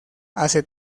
hace